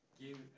give